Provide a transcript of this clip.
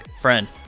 friend